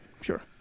Sure